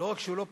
ולא רק זאת,